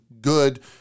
good